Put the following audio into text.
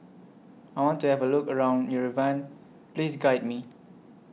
I want to Have A Look around Yerevan Please Guide Me